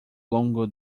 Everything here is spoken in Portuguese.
longo